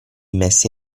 messa